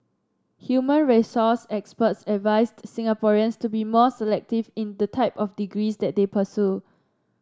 human resource experts advised Singaporeans to be more selective in the type of degrees that they pursue